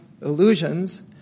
illusions